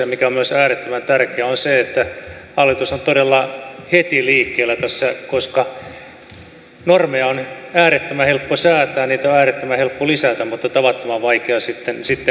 se mikä on myös äärettömän tärkeää on se että hallitus on todella heti liikkeellä tässä koska normeja on äärettömän helppo säätää niitä on äärettömän helppo lisätä mutta tavattoman vaikea sitten purkaa